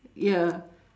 ya